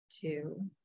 two